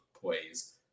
plays